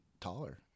taller